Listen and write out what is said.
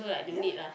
ya